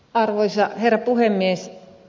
arvoisa herra puhemies